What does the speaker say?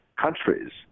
countries